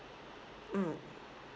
mm